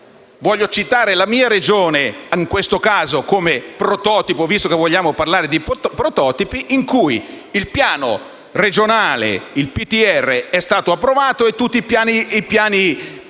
Voglio citare la mia Regione - in questo caso come prototipo, visto che vogliamo parlare di prototipi - in cui il piano territoriale regionale è stato approvato insieme a tutti i piani